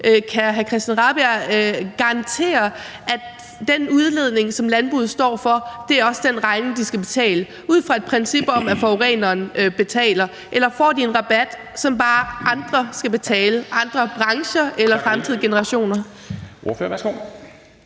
Kan hr. Christian Rabjerg Madsen garantere, at den udledning, som landbruget står for, også er på den regning, de skal betale, ud fra et princip om, at forureneren betaler? Eller får de en rabat, som andre bare skal betale – andre brancher eller fremtidige generationer?